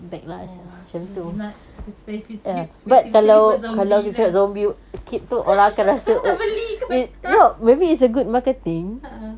oh it's not speci~ specifically for zombie lah tak beli ke a'ah